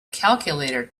calculator